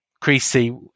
Creasy